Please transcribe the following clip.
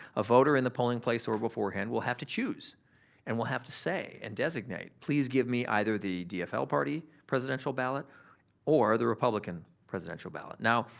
a voter in the polling place or beforehand will have to choose and will have to say and designate. please give me either the dfl party presidential ballot or the republican presidential ballot. now,